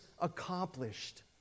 accomplished